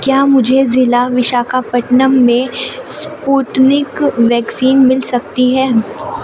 کیا مجھے ضلع وشاکھا پٹنم میں اسپوٹنک ویکسین مل سکتی ہے